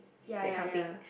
ya ya ya